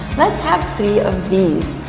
let's have three of these.